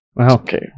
Okay